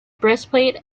breastplate